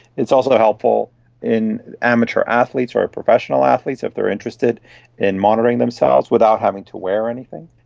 it is also helpful in amateur athletes or professional athletes if they are interested in monitoring themselves without having to wear anything.